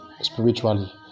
spiritually